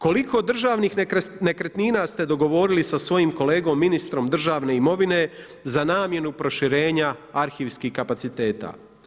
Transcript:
Koliko državnih nekretnina ste dogovorili sa svojim kolegom ministrom državne imovine za namjenu proširenja arhivskih kapaciteta?